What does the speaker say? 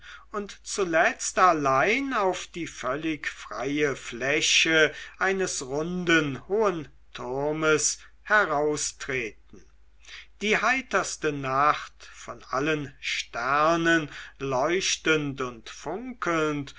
und zuletzt allein auf die völlig freie fläche eines runden hohen turmes heraustreten die heiterste nacht von allen sternen leuchtend und funkelnd